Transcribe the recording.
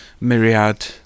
myriad